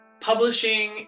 publishing